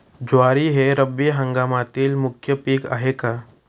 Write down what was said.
ज्वारी हे रब्बी हंगामातील मुख्य पीक आहे का?